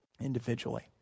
Individually